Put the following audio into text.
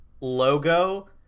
logo